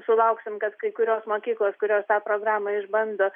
sulauksim kad kai kurios mokyklos kurios tą programą išbando